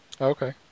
Okay